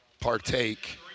partake